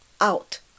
out